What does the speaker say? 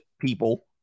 people